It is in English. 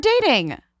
dating